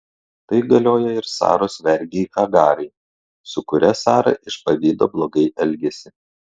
tai galioja ir saros vergei hagarai su kuria sara iš pavydo blogai elgėsi